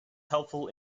helpful